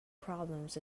problems